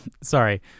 Sorry